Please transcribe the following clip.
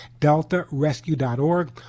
DeltaRescue.org